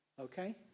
Okay